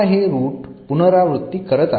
हे रूट पुनरावृत्ती करत आहे